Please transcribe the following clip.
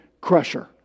crusher